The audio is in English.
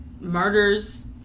murders